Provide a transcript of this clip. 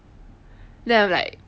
then I'm like